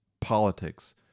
politics